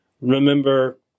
remember